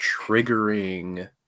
triggering